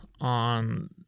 on